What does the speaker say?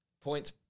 Points